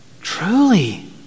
truly